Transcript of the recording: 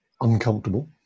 uncomfortable